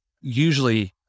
usually